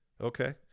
Okay